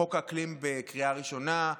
חוק אקלים בקריאה ראשונה.